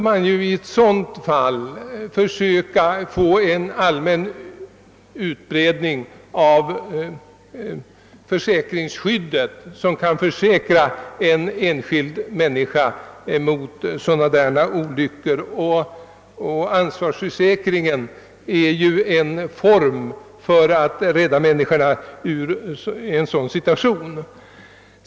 Man bör för sådana fall få till stånd en utvidgning av försäkringsskyddet, så att enskilda människor kan på det sättet få ekonomisk hjälp när de råkar ut för dylika olyckor. Ansvarsförsäkringen är ju en form av räddning ur svåra situationer.